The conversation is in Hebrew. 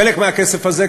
חלק מהכסף הזה,